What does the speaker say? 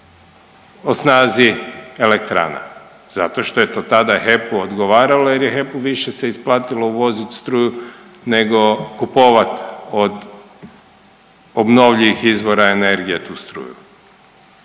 o snazi elektrana zato što je to tada HEP-u odgovaralo jer je HEP-u više se isplatilo uvoziti struju nego kupovati od obnovljivih izvora energije tu struju.